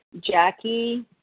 Jackie